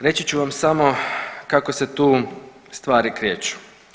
Reći ću vam samo kako se tu stvari kreću.